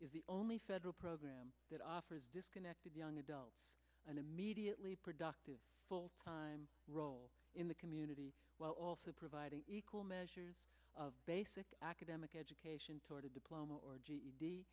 is the only federal program that offers disconnected young adults and immediately productive full time role in the community while also providing equal measures of basic academic education toward a diploma